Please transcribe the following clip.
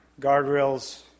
guardrails